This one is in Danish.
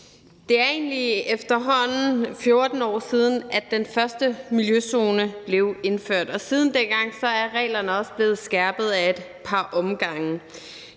at det efterhånden er 14 år siden, at den første miljøzone blev indført, og siden dengang er reglerne også blevet skærpet ad et par omgange.